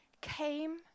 came